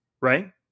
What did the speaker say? right